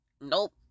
Nope